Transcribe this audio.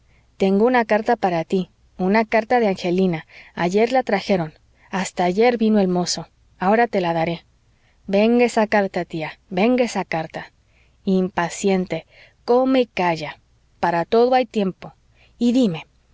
tengo una carta para tí una carta de angelina ayer la trajeron hasta ayer vino el mozo ahora te la daré venga esa carta tía venga esa carta impaciente come y calla para todo hay tiempo y dime